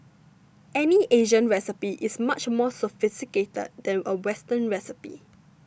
any Asian recipe is much more sophisticated than a Western recipe